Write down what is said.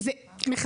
קבלתי על זה.